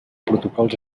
protocols